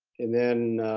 and then